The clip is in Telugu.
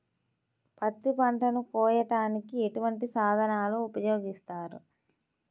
పత్తి పంటను కోయటానికి ఎటువంటి సాధనలు ఉపయోగిస్తారు?